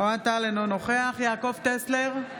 אינו נוכח יעקב טסלר,